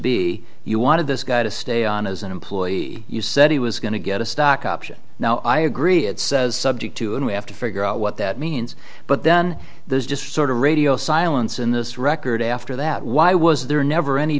be you wanted this guy to stay on as an employee you said he was going to get a stock option now i agree it says subject to and we have to figure out what that means but then there's just sort of radio silence in this record after that why was there never any